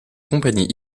compagnie